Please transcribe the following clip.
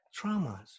traumas